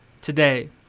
today